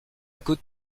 coûte